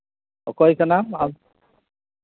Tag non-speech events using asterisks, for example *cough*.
ᱚᱠᱚᱭ ᱠᱟᱱᱟᱢ *unintelligible*